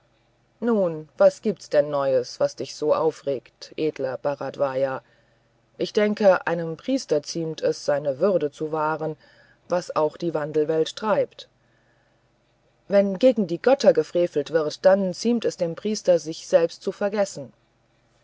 nun was gibt's denn neues was dich so aufregt edler bharadvaja ich denke einem priester ziemt es seine würde zu wahren was auch die wandelwelt treibt wenn gegen die götter gefrevelt wird dann ziemt es dem priester sich selbst zu vergessen